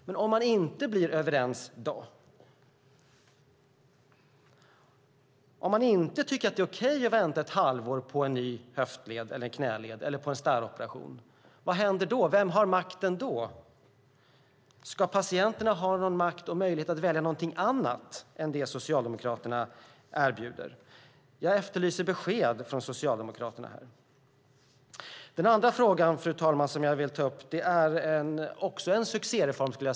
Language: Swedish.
Men om man inte blir överens då? Vad händer om man inte tycker att det är okej att vänta ett halvår på en ny höftled, en ny knäled eller en starroperation? Vem har makten då? Ska patienterna ha någon makt och möjlighet att välja något annat än det Socialdemokraterna erbjuder? Jag efterlyser besked från Socialdemokraterna. Fru talman! Den andra frågan som jag vill ta upp är också en succéreform.